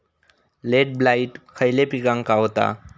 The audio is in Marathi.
लेट ब्लाइट खयले पिकांका होता?